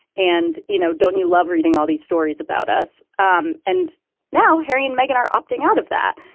and, you know, don't you love reading all these stories about us? um and now harry and meghan are opting out of that.